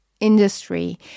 industry